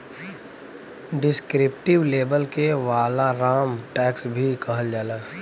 descriptive label के वालाराम tax भी कहल जाला